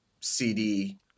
cd